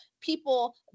people